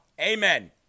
Amen